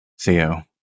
Theo